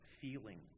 feeling